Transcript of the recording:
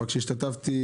אבל כשהשתתפתי,